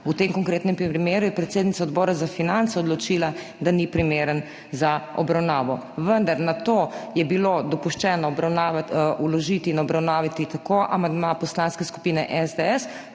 V tem konkretnem primeru je predsednica Odbora za finance odločila, da ni primeren za obravnavo. Vendar je bilo na to dopuščeno vložiti in obravnavati tako amandma Poslanske skupine SDS